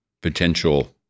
potential